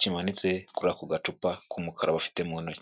kimanitse kuri ako gacupa k'umukara, bafite mu ntoki.